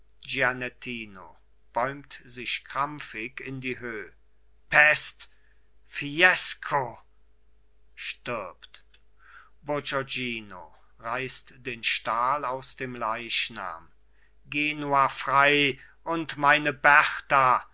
bäumt sich krampfig in die höh pest fiesco stirbt bourgognino reißt den stahl aus dem leichnam genua frei und meine berta